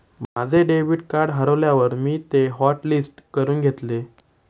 माझे debit card हरवल्यावर मी ते हॉटलिस्ट करून घेतले